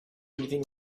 anything